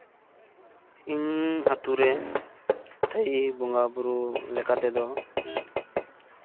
ᱤᱧ ᱟᱛᱳ ᱨᱮ ᱤᱥᱛᱷᱟᱭᱤ ᱵᱚᱸᱜᱟ ᱵᱳᱨᱳ ᱞᱮᱠᱟ ᱛᱮᱫᱚ